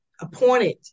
appointed